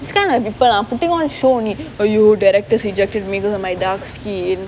this kind of people ah putting on a show only !aiyo! directors rejected me because of my dark skin